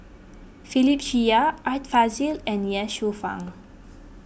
Philip Chia Art Fazil and Ye Shufang